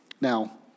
Now